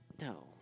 No